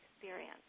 experience